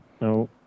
no